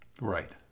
Right